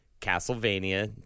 Castlevania